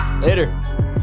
Later